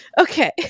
Okay